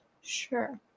Sure